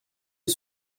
est